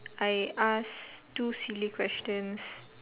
I asked two silly questions